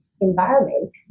environment